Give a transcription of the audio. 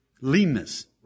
leanness